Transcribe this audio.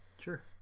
Sure